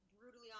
brutally